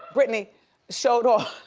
brittany showed off